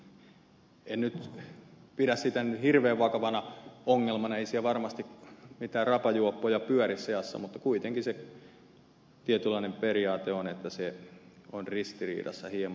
en nyt pidä sitä hirveän vakavana ongelmana ei siellä varmasti mitään rapajuoppoja pyöri seassa mutta kuitenkin se tietynlainen periaate on että se on ristiriidassa hieman